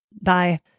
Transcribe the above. Bye